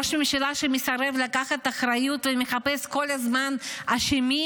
ראש ממשלה שמסרב לקחת אחריות ומחפש כל הזמן אשמים,